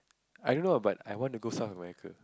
I don't know but I want to go South-America